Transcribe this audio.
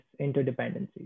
interdependencies